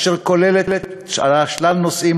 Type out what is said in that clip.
אשר כוללת שלל נושאים,